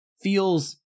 feels